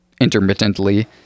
intermittently